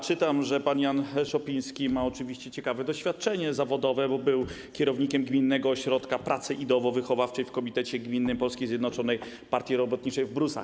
Czytam, że pan Jan Szopiński ma oczywiście ciekawe doświadczenie zawodowe, bo był kierownikiem Gminnego Ośrodka Pracy Ideowo-Wychowawczej w komitecie gminnym Polskiej Zjednoczonej Partii Robotniczej w Brusach.